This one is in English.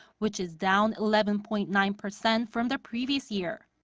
which is down eleven point nine percent from the previous year.